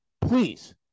Please